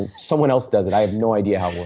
someone else does it. i have no idea how it